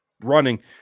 running